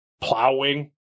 plowing